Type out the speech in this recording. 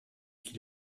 qui